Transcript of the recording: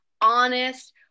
honest